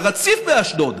לרציף באשדוד,